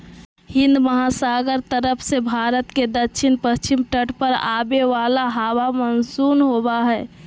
हिन्दमहासागर तरफ से भारत के दक्षिण पश्चिम तट पर आवे वाला हवा मानसून होबा हइ